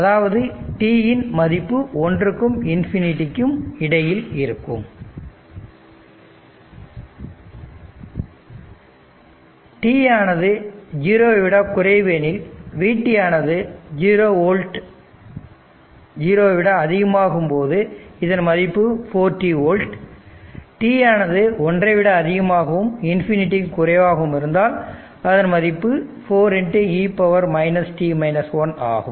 அதாவது t இன் மதிப்பு ஒன்றுக்கும் இன்ஃபினிட்டிக்கும் இடையில் இருக்கும் t ஆனது ஜீரோவை விட குறைவு எனில் vt ஆனது 0 ஓல்ட் ஜீரோவை விட அதிகமாகும் போது இதன் மதிப்பு 4t ஓல்ட் t ஆனது ஒன்றை விட அதிகமாகவும் இன்ஃபினிட்டிக்கு குறைவாகவும் இருந்தால் அதன் மதிப்பு 4e ஆகும்